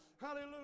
Hallelujah